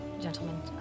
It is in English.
gentlemen